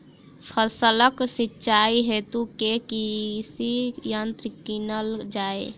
फसलक सिंचाई हेतु केँ कृषि यंत्र कीनल जाए?